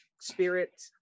spirit